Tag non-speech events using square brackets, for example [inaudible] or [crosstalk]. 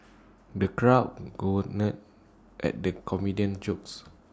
the crowd [unintelligible] at the comedian's jokes